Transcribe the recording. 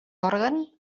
òrgan